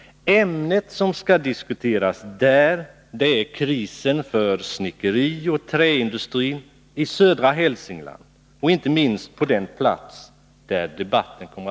Ämnet som skall diskuteras där är krisen för snickerioch träindustrin i södra Hälsingland och inte minst på den plats där debatten sker.